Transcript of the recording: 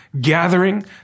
gathering